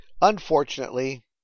Unfortunately